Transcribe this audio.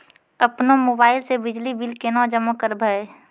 अपनो मोबाइल से बिजली बिल केना जमा करभै?